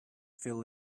fill